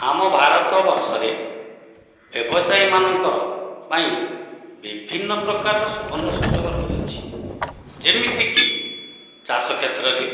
ଆମ ଭାରତବର୍ଷରେ ବ୍ୟବସାୟୀମାନଙ୍କର ପାଇଁ ବିଭିନ୍ନ ପ୍ରକାରର ସୁବର୍ଣ୍ଣ ସୁଯୋଗ ରହିଅଛି ଯେମିତିକି ଚାଷ କ୍ଷେତ୍ରରେ